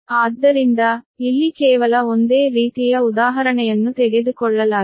ಆದ್ದರಿಂದ ಇಲ್ಲಿ ಕೇವಲ ಒಂದೇ ರೀತಿಯ ಉದಾಹರಣೆಯನ್ನು ತೆಗೆದುಕೊಳ್ಳಲಾಗಿದೆ